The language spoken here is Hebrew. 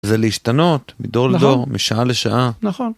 זה להשתנות, -נכון. מדור לדור, משעה לשעה. -נכון.